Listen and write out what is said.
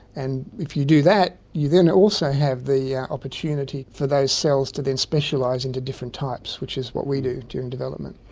and if you do that you then also have the opportunity for those cells to then specialise into different types, which is what we do during development.